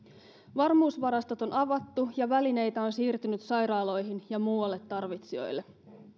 varmuusvarastot on avattu ja välineitä on siirtynyt sairaaloihin ja muualle tarvitsijoille